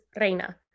Reina